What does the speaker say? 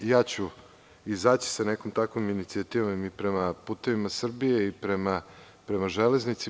Izaći ću sa nekom takvom inicijativom i prema „Putevima Srbije“ i prema „Železnici“